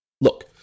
look